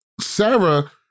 Sarah